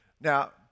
Now